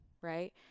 right